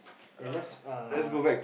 ya let's err